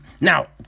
Now